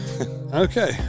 Okay